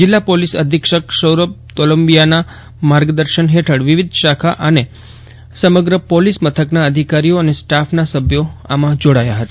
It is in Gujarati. જીલ્લા પોલીસ અધિક્ષક સૌરભ તોલુંમબીયાના માર્ગદર્શન હેઠળ વિવિધ શાખા અને સમગ્ર પોલીસ મથકના અધિકારીઓ અને સ્ટાફના સભ્યો જોડાયા હતા